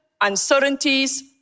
uncertainties